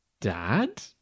dad